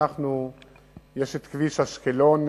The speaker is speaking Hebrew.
יש כביש אשקלון,